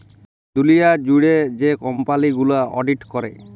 দুঁলিয়া জুইড়ে যে ছব কম্পালি গুলা অডিট ক্যরে